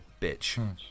bitch